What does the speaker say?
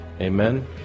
amen